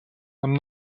нам